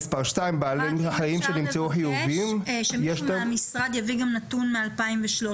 רק אם אבקש לבקש שמישהו מהמשרד יביא גם נתון מ-2013.